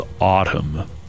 Autumn